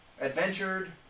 adventured